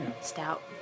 Stout